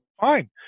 Fine